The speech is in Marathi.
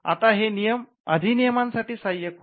आता हे नियम अधिनियमासाठी सहाय्यक आहेत